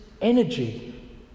energy